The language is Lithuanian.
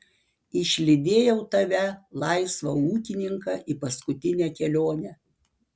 išlydėjau tave laisvą ūkininką į paskutinę kelionę